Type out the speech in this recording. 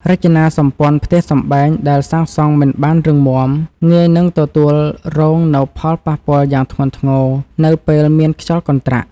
រចនាសម្ព័ន្ធផ្ទះសម្បែងដែលសាងសង់មិនបានរឹងមាំងាយនឹងទទួលរងនូវផលប៉ះពាល់យ៉ាងធ្ងន់ធ្ងរនៅពេលមានខ្យល់កន្ត្រាក់។